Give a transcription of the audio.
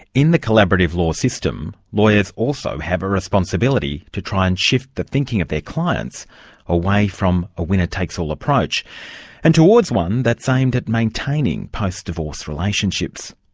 in the collaborative law system, lawyers also have a responsibility to try and shift the thinking of their clients away from a winner takes all approach and towards one that's aimed at maintaining post-divorce relationships.